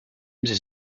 sie